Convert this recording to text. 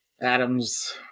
Adams